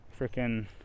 freaking